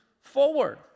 forward